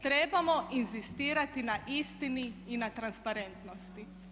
Trebamo inzistirati na istini i na transparentnosti.